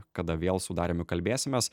kada vėl su dariumi kalbėsimės